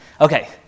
Okay